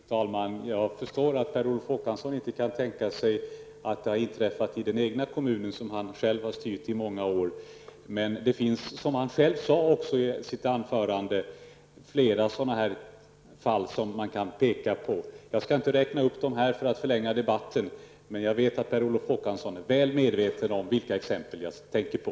Fru talman! Jag förstår att Per Olof Håkansson inte kan tänka sig att detta har inträffat i den kommun som han själv har styrt i många år. Men som han själv sade i sitt anförande finns det flera fall av detta slag som man kan peka på. För att inte förlänga debatten skall jag inte räkna upp den här, men jag vet att Per Olof Håkansson är väl medveten om de exempel jag tänker på.